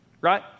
Right